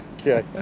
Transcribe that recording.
Okay